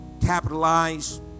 capitalize